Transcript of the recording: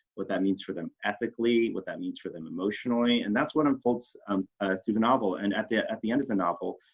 what that means for them ethically, what that means for them emotionally, and that's what unfolds um through the novel and at the ah at the end of the novel